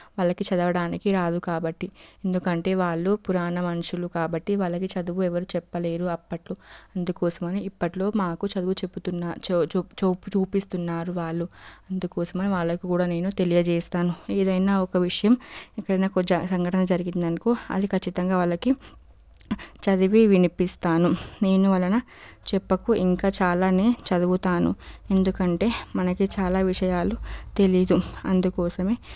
వాళ్ళకి చదవడానికి రాదు కాబట్టి ఎందుకంటే వాళ్ళు పురాణ మనుషులు కాబట్టి వాళ్ళకి చదువు ఎవరు చెప్పలేరు అప్పట్లో అందుకోసమని ఇప్పటిలో మాకు చదువు చెబుతున్నాడు చూపిస్తున్నారు వాళ్ళు అందుకోసమని వాళ్ళకు కూడా నేను తెలియచేస్తాను ఏదైనా ఒక విషయం ఎక్కడైనా కొంచెం సంఘటన జరిగింది అనుకో అది ఖచ్చితంగా వాళ్ళకి చదివి వినిపిస్తాను దీనివల్ల చెప్పకు ఇంకా చాలా చదువుతాను ఎందుకంటే మనకి చాలా విషయాలు తెలియదు అందుకోసమే